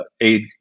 aid